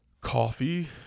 coffee